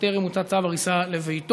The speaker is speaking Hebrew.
וטרם הוצא צו הריסה לביתו.